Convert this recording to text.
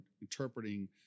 interpreting